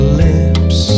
lips